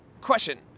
Question